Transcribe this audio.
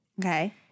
Okay